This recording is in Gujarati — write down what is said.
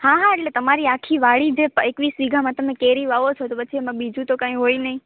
હા હા એટલે તમારી આખી વાડી જે એકવીસ વીઘામાં તમે કેરી વાવો છો તો પછી એમાં બીજું તો કાંઈ હોય નહીં